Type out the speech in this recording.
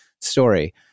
story